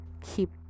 Keep